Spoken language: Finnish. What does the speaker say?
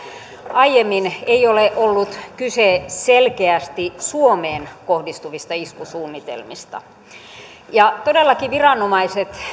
aiemmin ei ole ollut kyse selkeästi suomeen kohdistuvista iskusuunnitelmista viranomaiset